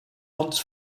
months